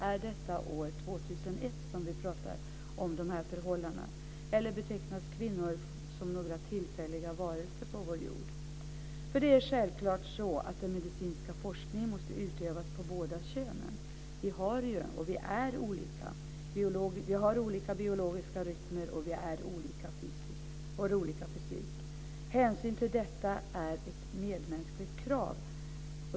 Är det år 2001 som vi pratar om de här förhållandena, eller betecknas kvinnor som några tillfälliga varelser på vår jord? Det är självklart så att den medicinska forskningen måste utövas på båda könen. Vi är olika. Vi har olika biologisk rytm och vi har olika fysik. Hänsyn till detta är ett medmänskligt krav.